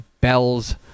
Bells